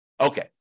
Okay